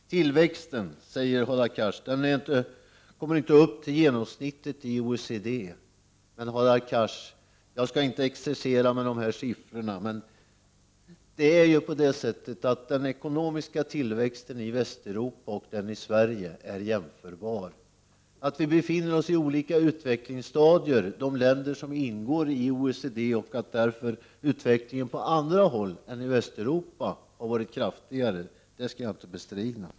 Tillväxten, säger Hadar Cars, kommer inte upp till genomsnittet i OECD. Jag skall inte exercera med de här siffrorna, men, Hadar Cars, den ekonomiska tillväxten i Sverige är jämförbar med den i Västeuropa. Att de länder som ingår i OECD befinner sig på olika utvecklingsstadier och att utveck lingen i andra områden än i Västeuropa därför har varit kraftigare skall jag Prot. 1989/90:45 inte bestrida.